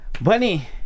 Bunny